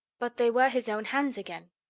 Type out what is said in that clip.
but they were his own hands again.